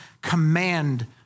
command